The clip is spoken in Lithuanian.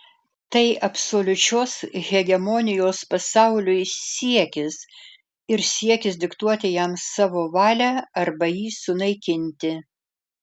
tai absoliučios hegemonijos pasauliui siekis ir siekis diktuoti jam savo valią arba jį sunaikinti